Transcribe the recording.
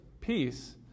peace